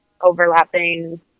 overlapping